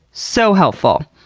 so helpful!